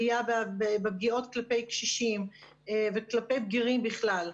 עלייה בפגיעות כלפי קשישים וכלפי בגירים בכלל,